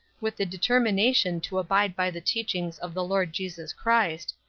with the determination to abide by the teachings of the lord jesus christ,